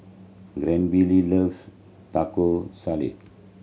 Granville loves Taco Salad